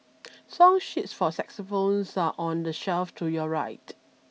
song sheets for xylophones are on the shelf to your right